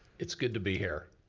it's good to be here,